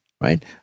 right